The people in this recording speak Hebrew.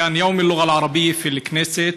היה יום השפה הערבית בכנסת,